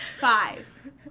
Five